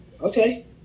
Okay